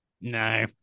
No